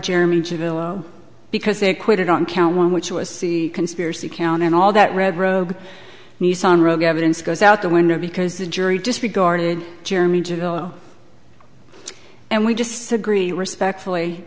jeremy g below because they acquitted on count one which was c conspiracy count and all that red robe nissan rogue evidence goes out the window because the jury disregarded jeremy gigolo and we just said greta respectfully